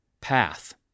path